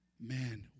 man